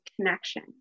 connection